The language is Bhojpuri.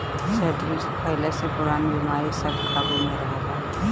शैलटस खइला से पुरान बेमारी सब काबु में रहेला